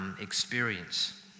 experience